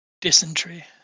dysentery